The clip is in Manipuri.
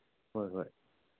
ꯍꯣꯏ ꯍꯣꯏ